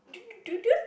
do do you